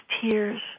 tears